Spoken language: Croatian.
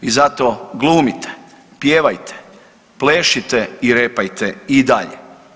I zato glumite, pjevajte, plešite i repajte i dalje.